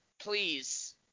please